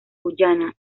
guyana